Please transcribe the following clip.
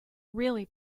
really